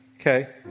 okay